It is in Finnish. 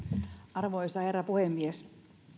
arvoisa herra puhemies